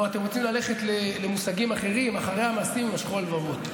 או שאתם רוצים ללכת למושגים אחרים: אחרי המעשים יימשכו הלבבות.